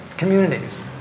communities